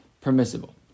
permissible